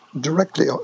directly